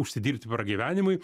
užsidirbt pragyvenimui